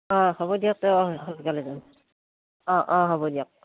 অঁ হ'ব দিয়ক তে সোনকালে যাম অঁ অঁ হ'ব দিয়ক